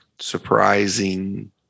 surprising